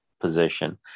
position